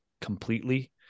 completely